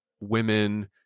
women